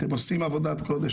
אתם עושים עבודת קודש,